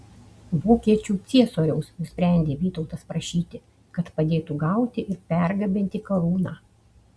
vokiečių ciesoriaus nusprendė vytautas prašyti kad padėtų gauti ir pergabenti karūną